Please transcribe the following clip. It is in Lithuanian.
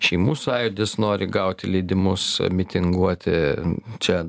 šeimų sąjūdis nori gauti leidimus mitinguoti čia